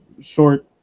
short